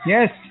Yes